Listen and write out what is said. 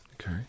Okay